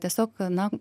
tiesiog na